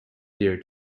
dear